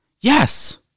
Yes